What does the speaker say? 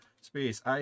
space